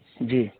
جی